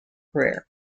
career